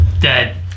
Dead